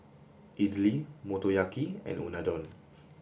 Idili Motoyaki and unadon